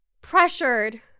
pressured